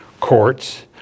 courts